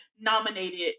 nominated